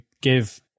give